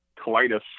colitis